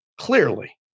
clearly